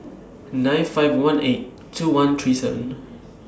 nine five one eight two one three seven